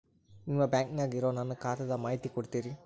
ನಿಮ್ಮ ಬ್ಯಾಂಕನ್ಯಾಗ ಇರೊ ನನ್ನ ಖಾತಾದ ಮಾಹಿತಿ ಕೊಡ್ತೇರಿ?